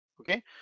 okay